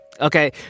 Okay